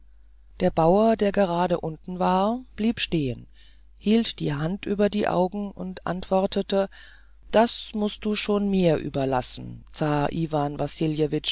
der bauer der gerade unten war blieb stehen hielt die hand über die augen und antwortete das mußt du schon mir überlassen zar iwan